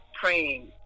praying